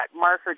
marker